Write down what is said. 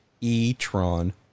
e-tron